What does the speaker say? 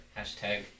Hashtag